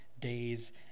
days